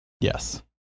Yes